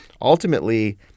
ultimately